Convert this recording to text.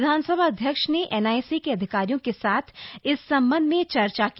विधानसभा अध्यक्ष ने एनआईसी के अधिकारियों के साथ इस संबंध में चर्चा की